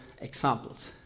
examples